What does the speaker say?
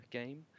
game